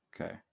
Okay